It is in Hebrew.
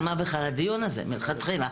על מה בכלל הדיון הזה מלכתחילה?